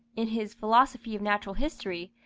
in his philosophy of natural history,